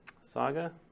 saga